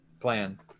plan